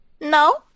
No